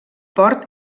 port